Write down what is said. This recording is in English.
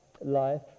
life